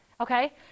Okay